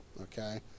Okay